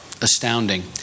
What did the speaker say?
astounding